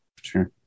Sure